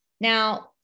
Now